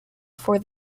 for